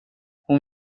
hon